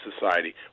society